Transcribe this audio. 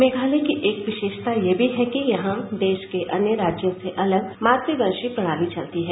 मेघातय की एक विशेषता यह भी है कि यहां देश के अन्य राज्यों से अलग मातवंशीय प्रणाली चलती है